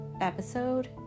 episode